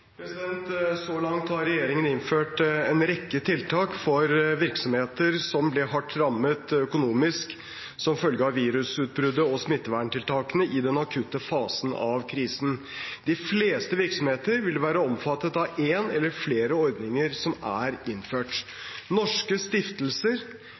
Så langt har regjeringen innført en rekke tiltak for virksomheter som ble hardt rammet økonomisk som følge av virusutbruddet og smitteverntiltakene i den akutte fasen av krisen. De fleste virksomheter vil være omfattet av en eller flere ordninger som er